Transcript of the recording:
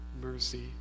mercy